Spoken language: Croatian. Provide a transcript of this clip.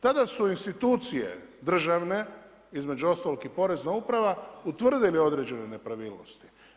Tada su institucije državne, između ostalog i Porezna uprava utvrdili određene nepravilnosti.